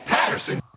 Patterson